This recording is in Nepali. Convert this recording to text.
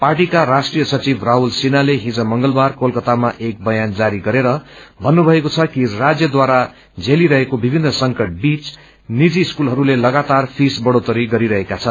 पार्टीका राष्ट्रीय सचिव राहुत सिन्हाले हिज मंगलबार कलकतामा एक बयान जारी गरेर भन्नुभएको छ कि राज्यद्वारा झेलिरहेको विभिन्न संकट बीच निजी स्कूलहरुले सगातार प्रीस बढ़ोत्तरी गरिरहेका छन्